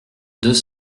deux